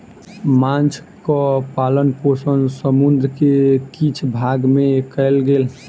माँछक पालन पोषण समुद्र के किछ भाग में कयल गेल